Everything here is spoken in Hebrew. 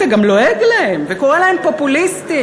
אתה גם לועג להם וקורא להם פופוליסטים,